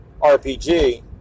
RPG